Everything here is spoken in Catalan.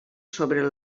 sobre